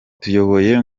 tuyoboye